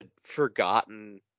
forgotten